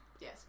Yes